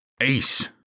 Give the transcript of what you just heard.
Ace